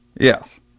Yes